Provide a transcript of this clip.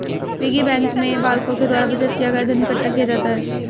piggy bank में बालकों के द्वारा बचत किया गया धन इकट्ठा किया जाता है